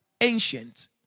ancient